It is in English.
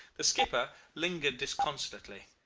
the skipper lingered disconsolately,